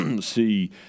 see